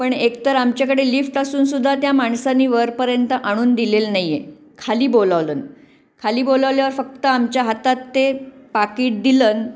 पण एक तर आमच्याकडे लिफ्ट असूनसुद्धा त्या माणसाने वरपर्यंत आणून दिलेलं नाही आहे खाली बोलावलं खाली बोलावल्यावर फक्त आमच्या हातात ते पाकीट दिलं